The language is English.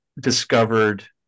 discovered